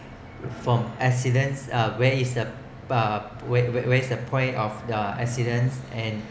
from accidents uh where is uh where where where's the point of the accidents and